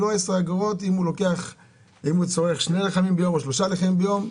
שצורך שניים-שלושה לחמים ביום,